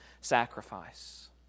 sacrifice